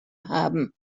haben